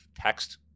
text